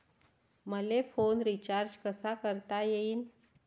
मले phone recharge कसा करता येईन?